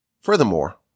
Furthermore